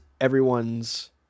everyone's